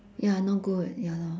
ya not good ya lor